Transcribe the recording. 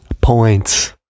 points